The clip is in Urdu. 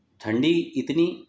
ٹھنڈی اتنی